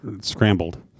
Scrambled